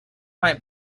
might